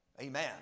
Amen